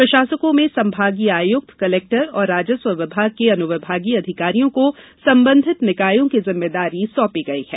प्रशासकों में संभागीय आयुक्त कलेक्टर और राजस्व विभाग के अनुविभागीय अधिकारियों को संबंधित निकायों की जिम्मेदारी सौंपी गई है